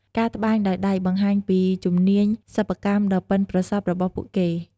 ការត្បាញដោយដៃបង្ហាញពីជំនាញសិប្បកម្មដ៏ប៉ិនប្រសប់របស់ពួកគេ។